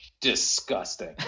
Disgusting